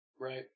Right